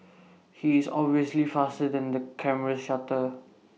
he is obviously faster than the camera's shutter